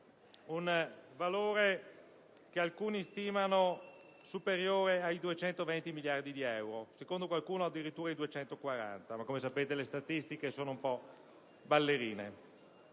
un valore che alcuni stimano superiore ai 220 miliardi di euro, secondo qualcuno addirittura 240. Ma, come sapete, le statistiche sono un po' ballerine.